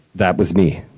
that was me.